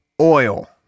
oil